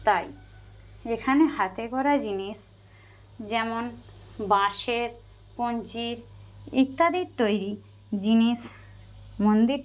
তাই এখানে হাতে গড়া জিনিস যেমন বাঁশের কঞ্চির ইত্যাদির তৈরি জিনিস মন্দির